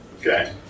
Okay